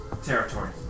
Territory